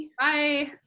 Bye